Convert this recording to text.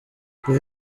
kuva